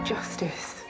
Justice